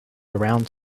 around